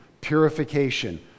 purification